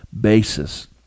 basis